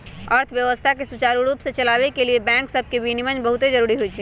अर्थव्यवस्था के सुचारू रूप से चलाबे के लिए बैंक सभके विनियमन बहुते जरूरी होइ छइ